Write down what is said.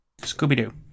scooby-doo